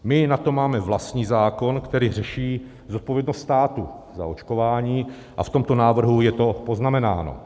My na to máme vlastní zákon, který řeší zodpovědnost státu za očkování, a v tomto návrhu je to poznamenáno.